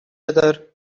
other